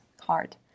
hard